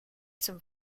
zum